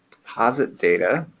deposit data.